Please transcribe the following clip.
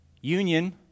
Union